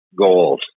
goals